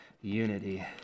unity